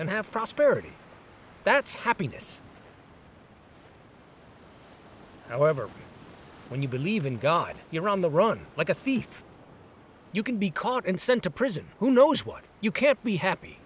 and have prosperity that's happiness however when you believe in god you're on the run like a thief you can be caught and sent to prison who knows what you can't be happy